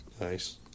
Nice